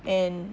and